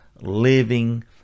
living